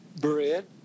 bread